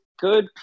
good